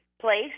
place